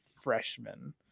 freshman